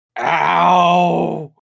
Ow